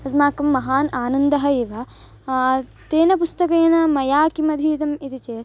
अस्माकं महान् आनन्दः एव तेन पुस्तकेन मया किम् अधीतम् इति चेत्